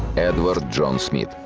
edward john smith,